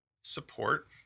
support